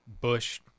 bush